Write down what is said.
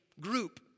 group